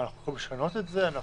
האם אנחנו יכולים לשנות את זה?